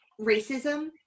racism